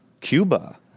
Cuba